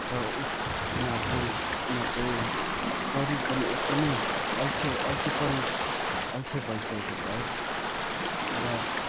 र उसको उनीहरूको उनीहरूको शरीर पनि एकदमै अल्छे अल्छेपन अल्छे भइसकेको छ है र